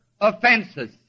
offenses